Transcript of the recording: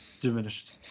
diminished